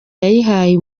yayihaye